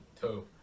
two